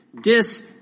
dis